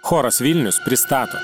choras vilnius pristato